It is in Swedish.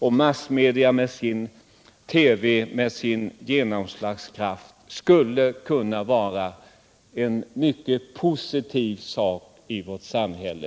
TV skulle med sin genomslagskraft kunna vara någonting mycket positivt i vårt samhälle.